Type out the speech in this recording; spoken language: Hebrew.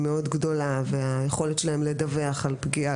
מאוד גדולה והיכולת שלהם לדווח על פגיעה.